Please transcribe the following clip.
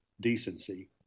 decency